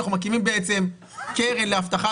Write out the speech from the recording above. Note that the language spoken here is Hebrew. אנחנו מקימים קרן להבטחה,